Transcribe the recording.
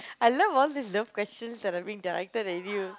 I love all this love questions that are being directed at you